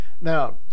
now